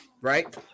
right